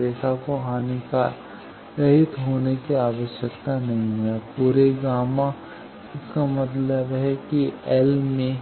रेखा को हानिरहित होने की आवश्यकता नहीं है पूरे गामा γ इसका मतलब है कि एल में